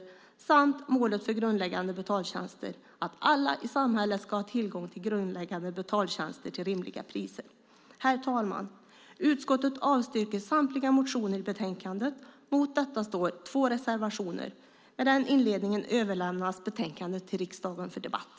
Det andra är målet för grundläggande betaltjänster och innebär att alla i samhället ska ha tillgång till grundläggande betaltjänster till rimliga priser. Herr talman! Utskottet avstyrker samtliga motioner i betänkandet. Mot detta står två reservationer. Med denna inledning överlämnas betänkandet till riksdagen för debatt.